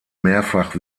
mehrfach